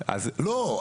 לא.